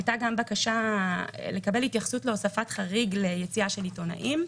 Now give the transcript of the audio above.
הייתה גם בקשה לקבל התייחסות להוספת חריג ליציאה של עיתונאים.